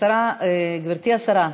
גברתי השרה,